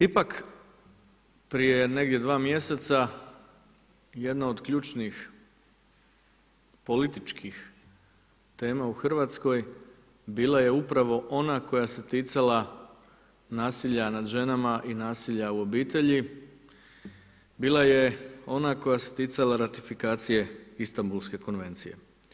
Ipak, prije negdje 2 mjeseca, jedno od ključnih, političkih tema u Hrvatskoj, bila je upravo ona koja se ticala nasilja nad ženama i nasilja u obitelji, bila je ona koja se ticala ratifikacije Istanbulske konvencije.